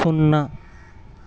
సున్నా